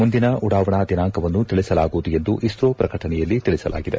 ಮುಂದಿನ ಉಡಾವಣಾ ದಿನಾಂಕವನ್ನು ತಿಳಿಸಲಾಗುವುದೆಂದು ಇಸ್ರೋ ಪ್ರಕಟಣೆಯಲ್ಲಿ ತಿಳಿಸಲಾಗಿದೆ